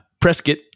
Prescott